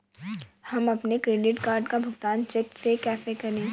हम अपने credit card का भुगतान चेक से कैसे करें?